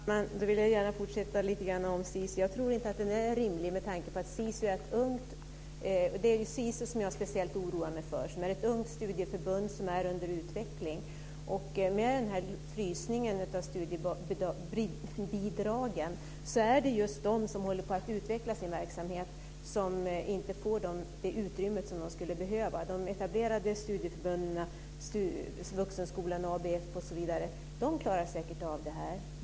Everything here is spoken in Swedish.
Fru talman! Jag vill gärna fortsätta att tala lite om Sisus. Jag tror inte att detta är rimligt, med tanke på att Sisus är så ungt. Jag oroar mig speciellt för Sisus, som är ett ungt studieförbund under utveckling. Med denna frysning av studiebidragen är det just de som håller på att utveckla sin verksamhet som inte får det utrymme som de skulle behöva. De etablerade studieförbunden, Vuxenskolan, ABF osv., klarar säkert av detta.